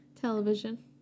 Television